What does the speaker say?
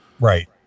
right